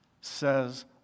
says